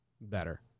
Better